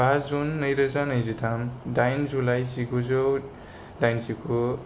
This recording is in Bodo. बा जुन नैरोजा नैजिथाम दाइन जुलाइ जिगुजौ दाइनजिगु